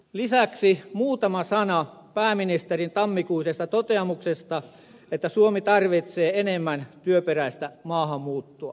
lisäksi muutama sana pääministerin tammikuisesta toteamuksesta että suomi tarvitsee enemmän työperäistä maahanmuuttoa